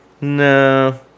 No